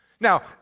Now